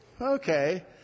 okay